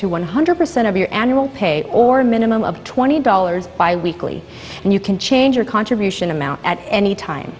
to one hundred percent of your annual pay or a minimum of twenty dollars biweekly and you can change your contribution amount at any time